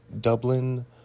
Dublin